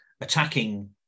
attacking